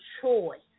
choice